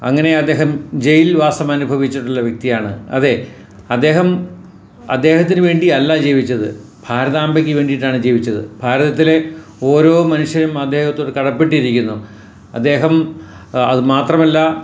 അങ്ങനെ അദ്ദേഹം ജയിൽ വാസം അനുഭവിച്ചിട്ടുള്ള വ്യക്തിയാണ് അതെ അദ്ദേഹം അദ്ദേഹത്തിന് വേണ്ടിയല്ല ജീവിച്ചത് ഭാരതാംബക്ക് വേണ്ടിയിട്ടാണ് ജീവിച്ചത് ഭാരതത്തിലെ ഓരോ മനുഷ്യനും അദ്ദേഹത്തോട് കടപ്പെട്ടിരിക്കുന്നു അദ്ദേഹം അത് മാത്രമല്ല